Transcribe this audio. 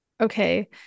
okay